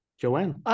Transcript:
Joanne